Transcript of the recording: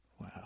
wow